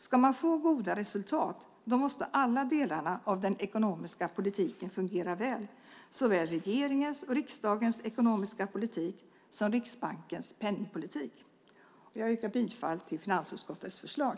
Ska man få goda resultat måste alla delar av den ekonomiska politiken fungera väl - såväl regeringens och riksdagens ekonomiska politik som Riksbankens penningpolitik. Jag yrkar bifall till finansutskottets förslag.